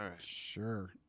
Sure